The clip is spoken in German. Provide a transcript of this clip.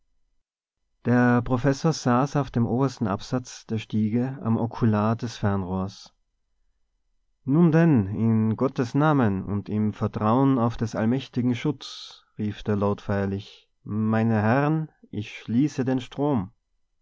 der professor saß bereits auf dem obersten absatz der stiege am okular des fernrohrs nun denn in gottes namen und im vertrauen auf des allmächtigen schutz rief der lord feierlich meine herren ich schließe den strom